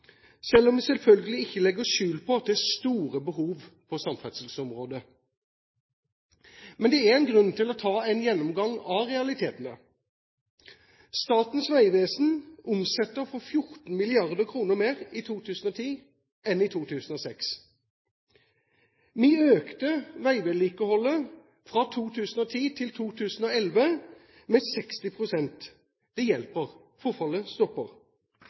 selv om vi selvfølgelig ikke legger skjul på at det er store behov på samferdselsområdet. Men det er en grunn til å ta en gjennomgang av realitetene: Statens vegvesen omsetter for 14 mrd. kr mer i 2010 enn i 2006. Vi økte veivedlikeholdet fra 2010 til 2011 med 60 pst. Det hjelper, forfallet stopper.